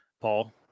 paul